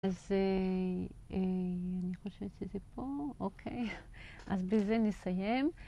אז אני חושבת שזה פה. אוקיי, אז בזה נסיים.